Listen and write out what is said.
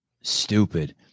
stupid